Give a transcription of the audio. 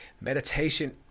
Meditation